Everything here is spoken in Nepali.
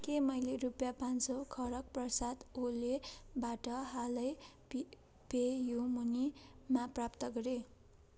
के मैले रुपियाँ पाँच सौ खढग् प्रसाद ओलेबाट हालै पेयू मनीमा प्राप्त गरे